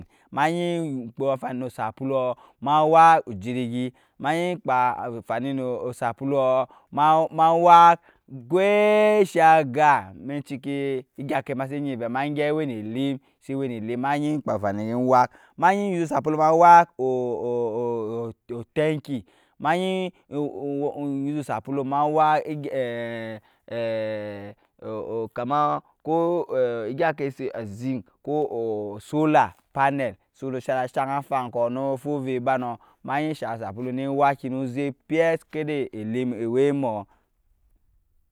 Ma ɛgk kpafani nɔ osapulu wak ojirigi ma ɛji kpafani nɔ osapulu ma ma wak kwɛi shanga mɛ ciki ɛgyan kɛ masɛ ejyɛp ma ɛji kpafani nɔɔ osapullu ma wak otɛnki ma ɛgi kpafani nɔɔ osapulu ma wak kama kɔ ozinkkɔɔ osolar pannɛl ojkɛ sana shank afankɔɔ noɔ fuba ovɛt ba nɔɔ ma ɛya shang osapulu nɛ waki pis kadɛ elim ewɛbɔɔ,